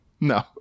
No